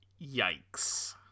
yikes